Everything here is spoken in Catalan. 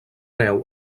neu